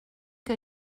que